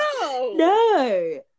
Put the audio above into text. no